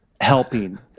helping